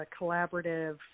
collaborative